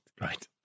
Right